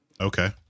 okay